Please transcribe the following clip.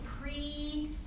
pre